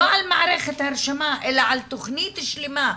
לא על מערכת הרשמה, אלא על תכנית שלמה.